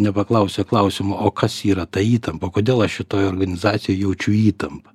nepaklausia klausimo o kas yra ta įtampa kodėl aš šitoj organizacijoj jaučiu įtampą